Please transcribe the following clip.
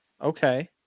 Okay